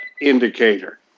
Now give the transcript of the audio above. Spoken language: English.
indicator